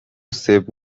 save